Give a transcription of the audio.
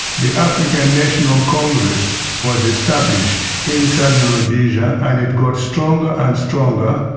the african national congress was established in southern rhodesia, and it got stronger and stronger,